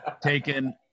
taken